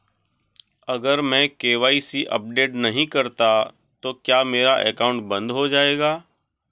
अगर मैं KYC update नहीं करता तो क्या मेरा अकाउंट बंद हो जाएगा?